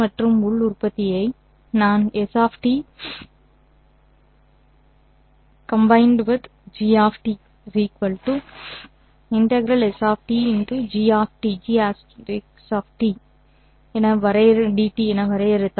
மற்றும் உள் உற்பத்தியை நான் s | g ∫ s g dt என வரையறுத்தால்